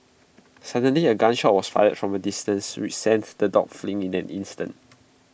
suddenly A gun shot was fired from A distance which sent the dogs fleeing in an instant